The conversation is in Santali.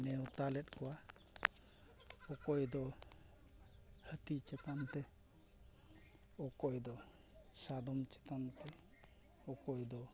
ᱱᱮᱣᱛᱟ ᱞᱮᱫ ᱠᱚᱣᱟ ᱚᱠᱚᱭ ᱫᱚ ᱦᱟᱹᱛᱤ ᱪᱮᱛᱟᱱ ᱛᱮ ᱚᱠᱚᱭ ᱫᱚ ᱥᱟᱫᱚᱢ ᱪᱮᱛᱟᱱ ᱛᱮ ᱚᱠᱚᱭ ᱫᱚ